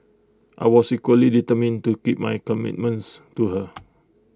I was equally determined to keep my commitments to her